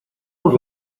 por